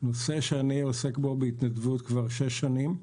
נושא שאני עוסק בו בהתנדבות כבר שש שנים,